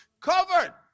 Covered